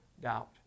doubt